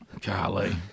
Golly